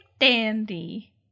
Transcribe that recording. dandy